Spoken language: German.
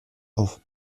auf